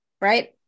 right